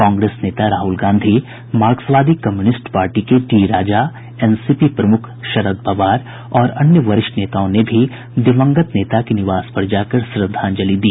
कांग्रेस नेता राहुल गांधी मार्क्सवादी communist party के डी राजा एनसीपी प्रमुख शरद पवार और अन्य वरिष्ठ नेताओं ने भी दिवंगत नेता के निवास पर जाकर श्रद्धांजलि दी